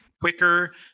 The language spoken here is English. quicker